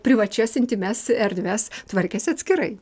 privačias intymias erdves tvarkėsi atskirai